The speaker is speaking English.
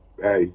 Hey